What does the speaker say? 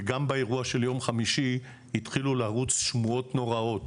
וגם באירוע של יום חמישי התחילו לרוץ שמועות נוראיות